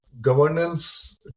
governance